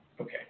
Okay